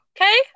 okay